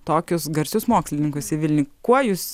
tokius garsius mokslininkus į vilnių kuo jūs